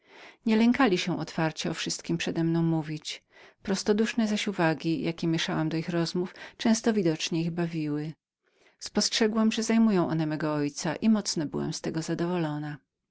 nie lękali się otwarcie o wszystkiem przedemną mówić prostoduszne zaś uwagi jakie mieszałam do ich rozmów często widocznie ich bawiły spostrzegłam że zajmowały one mego ojca i mocno byłam z tego zadowoloną